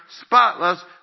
spotless